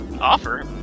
Offer